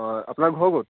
অঁ আপোনাৰ ঘৰ ক'ত